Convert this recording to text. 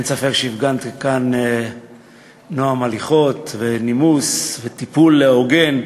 אין ספק שהפגנת כאן נועם הליכות ונימוס וטיפול הוגן,